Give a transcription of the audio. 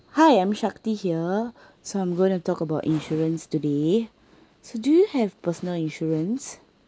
hi I'm shakti here so I'm gonna talk about insurance today so do you have personal insurance